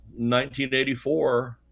1984